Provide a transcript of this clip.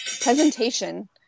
presentation